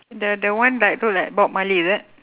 the the one like look like bob marley is it